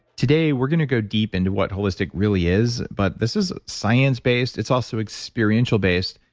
today, we're going to go deep into what holistic really is, but this is science-based. it's also experiential based.